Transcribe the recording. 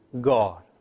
God